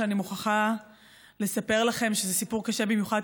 שאני מוכרחה לספר לכם שזה סיפור קשה במיוחד,